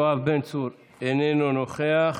יואב בן צור איננו נוכח.